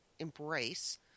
embrace